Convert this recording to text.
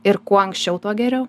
ir kuo anksčiau tuo geriau